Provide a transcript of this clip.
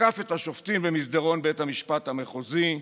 תקף את השופטים במסדרון בית המשפט המחוזי,